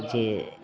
जे